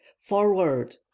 Forward